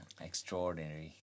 extraordinary